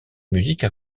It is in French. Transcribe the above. musique